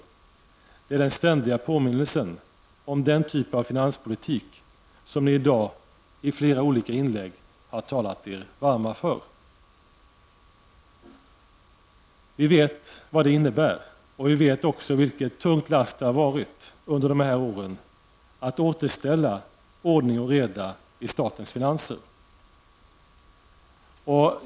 Det är den ständiga påminnelsen om den typ av finanspolitik som ni i dag, i flera olika inlägg, har talat er varma för. Vi vet vad det innebär och vi vet också vilket tungt lass det har varit under de här åren att återställa ordning och reda i statens finanser.